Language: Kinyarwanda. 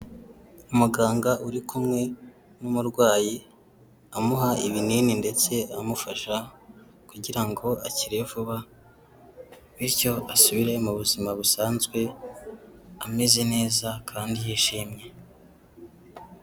Umuganga uri kumwe n'umurwayi, amuha ibinini ndetse amufasha kugira ngo akire vuba bityo asubire mu buzima busanzwe, ameze neza kandi yishimye.